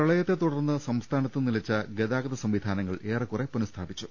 പ്രളയത്തെ തുടർന്ന് സംസ്ഥാനത്ത് നിലച്ച ഗതാഗത സംവിധാന ങ്ങൾ ഏറെക്കുറെ പുനസ്ഥാപിച്ചു